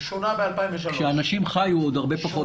כאשר אנשים חיו עוד הרבה פחות מזה.